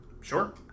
sure